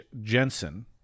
Jensen